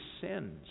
sins